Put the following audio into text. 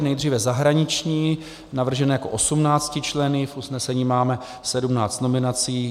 Nejdříve zahraniční, navržen jako 18členný, v usnesení máme 17 nominací.